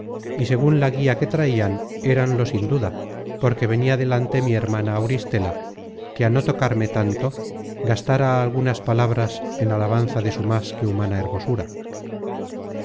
y segun la guía que traian éranlo sin duda porque venia delante mi hermana auristela que á no tocarme tanto gastara algunas palabras en alabanza de su más que humana hermosura